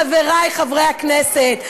חברי חברי הכנסת,